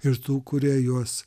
ir tų kurie juos